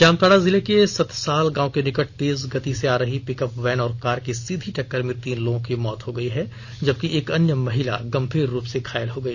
जामताड़ा जिला के सतसाल गांव के निकट तेज गति से आ रही पिकअप वैन और कार की सीधी टक्कर में तीन लोगों की मौत हो गई जबकि एक अन्य महिला गंभीर रूप से घायल हो गई